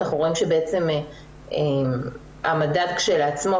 אנחנו רואים שבעצם המדד כשלעצמו,